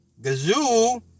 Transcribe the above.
Gazoo